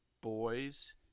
boys